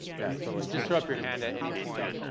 yeah, totally, just throw up your hand at any point,